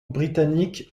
britannique